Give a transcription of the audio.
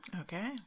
Okay